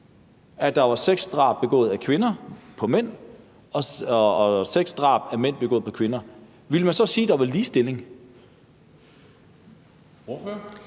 at der var seks drab begået af kvinder på mænd og seks drab begået af mænd på kvinder, ville man så sige, at der var ligestilling?